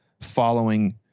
following